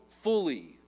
fully